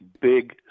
big